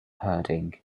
herding